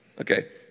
Okay